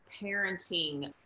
parenting